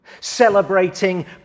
celebrating